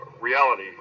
reality